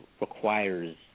requires